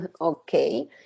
Okay